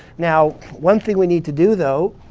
now, one thing we need to do though